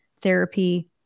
therapy